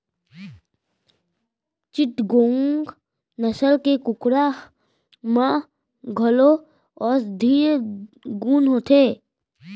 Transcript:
चिटगोंग नसल के कुकरा म घलौ औसधीय गुन होथे